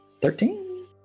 Thirteen